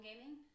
gaming